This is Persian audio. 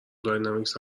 داینامیکس